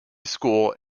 school